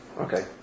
Okay